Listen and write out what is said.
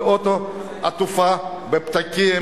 כל אוטו עטוף בפתקים,